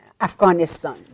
Afghanistan